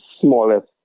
smallest